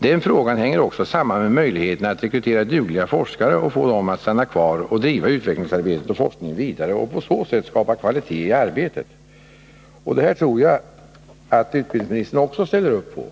Den frågan hänger också samman med möjligheterna att rekrytera dugliga forskare, få dem att stanna kvar och driva utvecklingsarbetet och forskningen vidare och på så sätt skapa kvalitet i arbetet. Det här tror jag att utbildningsministern också ställer upp bakom.